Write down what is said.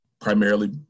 primarily